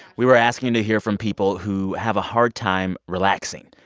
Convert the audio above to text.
we were asking to hear from people who have a hard time relaxing.